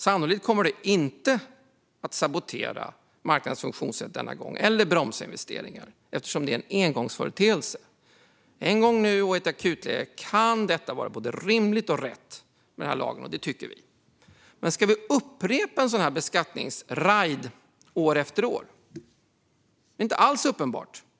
Sannolikt kommer det inte att sabotera marknadens funktionssätt denna gång eller bromsa investeringar eftersom det är en engångsföreteelse. I ett akutläge kan denna lagstiftning vara både rimlig och rätt. Det tycker vi. Men vi kan inte upprepa en beskattningsräd av det här slaget år efter år. Det är inte uppenbart att det går.